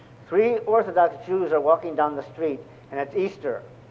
three orthodox jews are walking down the street and it's easter.